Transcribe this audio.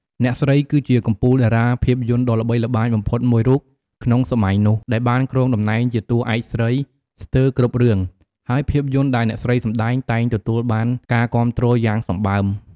អ្នកស្រី គឺជាកំពូលតារាភាពយន្តដ៏ល្បីល្បាញបំផុតមួយរូបក្នុងសម័យនោះ ដែលបានគ្រងតំណែងជាតួឯកស្រីស្ទើរគ្រប់រឿង ហើយភាពយន្តដែលអ្នកស្រីសម្តែងតែងទទួលបានការគាំទ្រយ៉ាងសម្បើម។